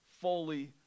fully